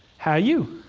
how you?